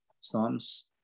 Psalms